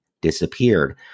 disappeared